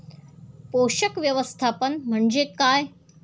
पोषक व्यवस्थापन म्हणजे काय?